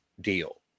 deal